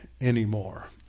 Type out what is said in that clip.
anymore